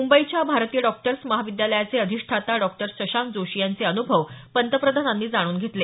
मुंबईच्या भारतीय डॉक्टर्स महाविद्यालयाचे अधिष्ठाता डॉक्टर शशांक जोशी यांचे अनुभव पंतप्रधानांनी जाणून घेतले